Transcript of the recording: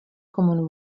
common